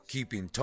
Keeping